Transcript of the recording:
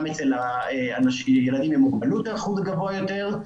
גם אצל ילדים עם מוגבלות האחוז גבוה יותר.